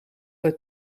het